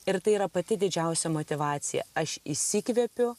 ir tai yra pati didžiausia motyvacija aš įsikvepiu